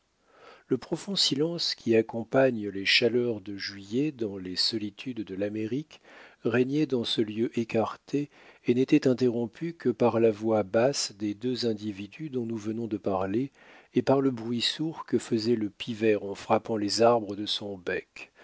le profond silence qui accompagne les chaleurs de juillet dans les solitudes de l'amérique régnait dans ce lieu écarté et n'était interrompu que par la voix basse des deux individus dont nous venons de parler et par le bruit sourd que faisait le pivert en frappant les arbres de son bec